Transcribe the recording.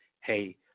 hey